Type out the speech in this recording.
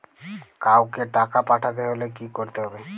কাওকে টাকা পাঠাতে হলে কি করতে হবে?